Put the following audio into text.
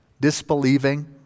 disbelieving